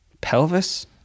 Pelvis